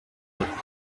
victory